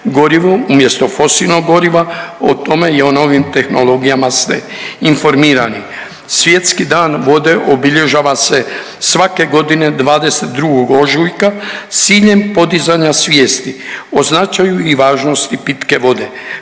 gorivo umjesto fosilnog goriva. O tome i o novim tehnologijama ste informirani. Svjetski dan vode obilježava se svake godine 22. ožujka s ciljem podizanja svijesti o značaju i važnosti pitke vode.